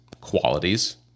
qualities